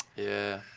yeah.